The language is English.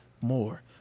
more